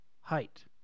height